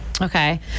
Okay